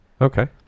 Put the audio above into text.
Okay